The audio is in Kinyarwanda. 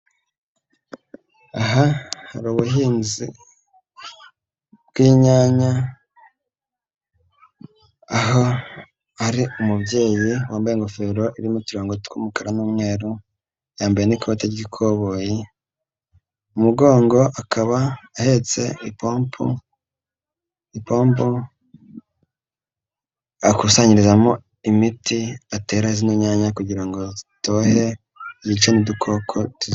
Aha hari ubuhinzi bw'inyanya, aho ari umubyeyi wambaye ingofero irimoturango tw'umukara n'umweru, yambaye n'ikoti ry'ikoboyi, mugongo akaba ahetse ipompo, ipombo akusanyirizamo imiti atera izina nyanya, kugira ngo zitohe wibice n'udukoko tuzijyamo.